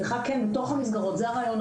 כן, בתוך המסגרות, זה הרעיון.